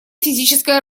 физическое